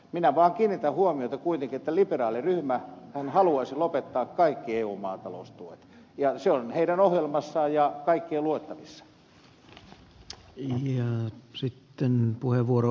minä vaan kiinnitän huomiota kuitenkin että liberaaliryhmähän haluaisi lopettaa kaikki eu maataloustuet ja se on heidän ohjelmassaan ja kaikkien luettavissa